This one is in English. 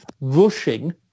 rushing